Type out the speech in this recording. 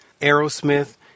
Aerosmith